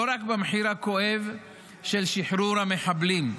לא רק במחיר הכואב של שחרור המחבלים,